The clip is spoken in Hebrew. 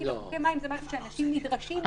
כי בקבוקי מים זה משהו שאנשים נדרשים לו.